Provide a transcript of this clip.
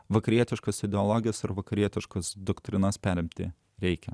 vakarietiškos ideologijos ar vakarietiškos doktrinos perimti reikia